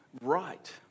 right